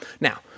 Now